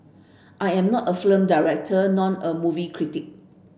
I am not a film director nor a movie critic